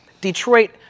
Detroit